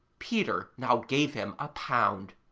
peter now gave him a pound.